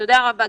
תודה רבה,